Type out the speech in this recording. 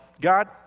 God